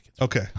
Okay